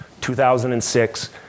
2006